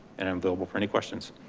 and i'm available for any questions.